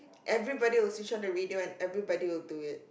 everybody will switch on the radio and everybody will do it